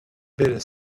better